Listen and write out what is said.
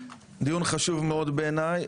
דיון חשוב מאוד בעיניי